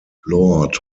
lord